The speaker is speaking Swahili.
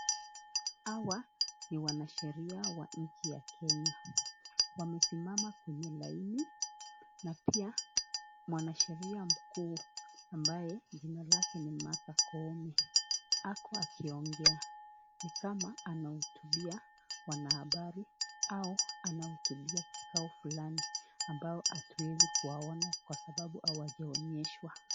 Hawa ni wanasheria wa nchi ya Kenya , wamesimama kwenye laini, na pia mwanasheria mkuu ambaye jina lake ni Martha Koome. Ako akiongea. Ni kama anaujulia wanahabari au anaujulia kikao fulani ambao hatuwezi kuona kwasababu hawajaonyeshwa.